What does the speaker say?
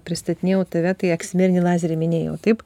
pristatinėjau tave tai eksmirinį lazerį minėjau taip